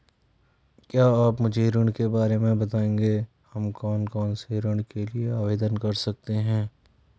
क्या आप मुझे ऋण के बारे में बताएँगे हम कौन कौनसे ऋण के लिए आवेदन कर सकते हैं?